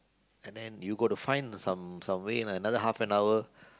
and then you got to find some way another half an hour